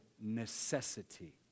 necessity